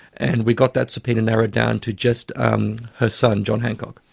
and we got that subpoena narrowed down to just um her son, john hancock.